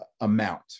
amount